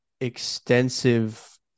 extensive